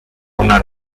una